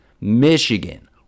Michigan